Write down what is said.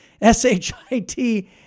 S-H-I-T